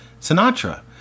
Sinatra